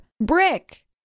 Brick